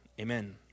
Amen